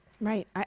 Right